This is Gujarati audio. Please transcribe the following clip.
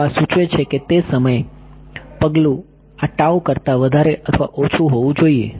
તો આ સૂચવે છે કે તે સમયે પગલું આ tau કરતા વધારે અથવા ઓછું હોવું જોઈએ